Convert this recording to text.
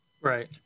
Right